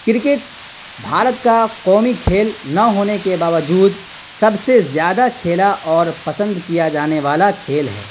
cricket Bharat کا قومی کھیل نہ ہونے کے باوجود سب سے زیادہ کھیلا اور پسند کیا جانے والا کھیل ہے